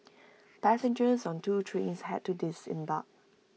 passengers on two trains had to disembark